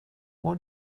what